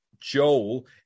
Joel